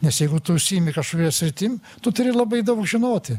nes jeigu tu užsiimi kažkokia sritim tu turi labai daug žinoti